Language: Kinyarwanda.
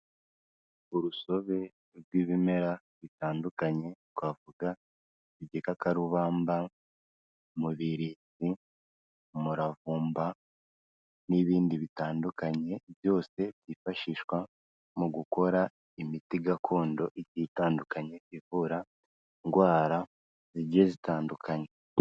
Urusobe rw'ibimera bitandukanye: twavuga igikakarubamba, umubirizi, umuravumba n'ibindi bitandukanye byose byifashishwa mu gukora imiti gakondo ititandukanye ivura indwara zigiye zitandukanye.